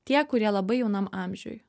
tie kurie labai jaunam amžiuj